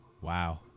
Wow